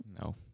No